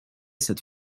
cette